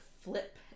flip